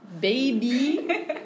baby